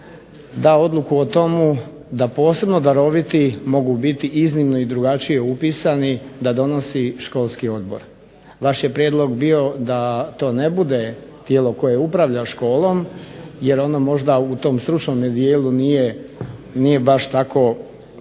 da odluku o tomu da posebno daroviti mogu biti iznimno i drugačije upisani, da donosi školski odbor. Vaš je prijedlog bio da to ne bude tijelo koje upravlja školom jer ono možda u tom stručnom dijelu nije baš tako